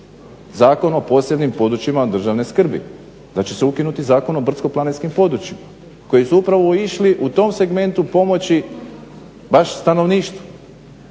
Zakon o posebnim područjima državne skrbi, da će se ukinuti Zakon o brdsko-planinskim područjima koji su upravo išli u tom segmentu pomoći baš stanovništvu.